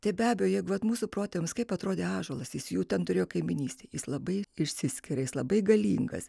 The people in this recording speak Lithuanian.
tai be abejo jei va mūsų protėviams kaip atrodė ąžuolas jis jų ten turėjo kaimynystėje jis labai išsiskiria labai galingas